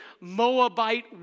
Moabite